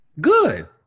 good